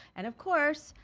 and of course,